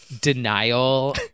denial